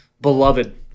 beloved